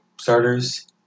starters